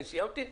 אני סיימתי.